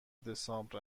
دسامبر